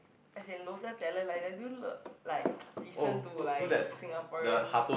as in local talent like they do l~ like listen to like Singaporean